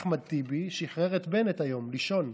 אחמד טיבי שחרר את בנט היום לישון,